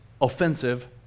offensive